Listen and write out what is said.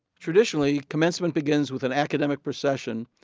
traditionally, commencement begins with an academic procession